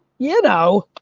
you know,